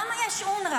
למה יש אונר"א?